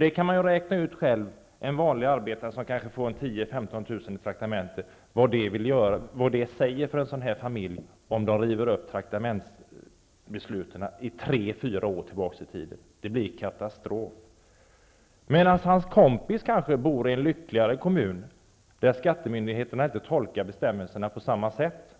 Man kan själv räkna ut vad det innebär för en vanlig arbetare och hans familj i det fall han kanske fått 10 000--15 000 kr i traktamente och myndigheterna river upp besluten tre fyra år tillbaka i tiden. Det blir katastrof. Hans kompis kanske är lyckligare och bor i en annan kommun där skattemyndigheterna inte tolkar bestämmelserna på samma sätt,